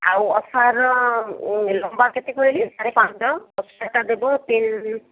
ଆଉ ଓସାରର ଲମ୍ବା କେତେ କହିଲି ସାଢ଼େ ପାଞ୍ଚ ଓସାରଟା ଦେବ ତିନ